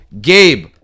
Gabe